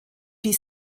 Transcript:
die